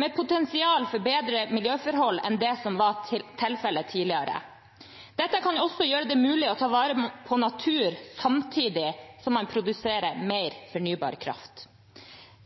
med potensial for bedre miljøforhold enn det som var tilfellet tidligere. Dette kan også gjøre det mulig å ta vare på natur samtidig som man produserer mer fornybar kraft.